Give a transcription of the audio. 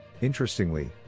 Interestingly